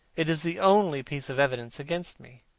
it is the only piece of evidence against me.